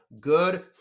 good